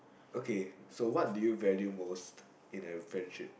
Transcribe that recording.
okay so what do you value most in a friendship